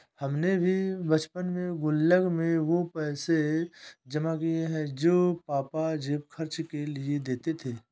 हमने भी बचपन में गुल्लक में वो पैसे जमा किये हैं जो पापा जेब खर्च के लिए देते थे